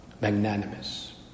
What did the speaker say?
magnanimous